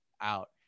out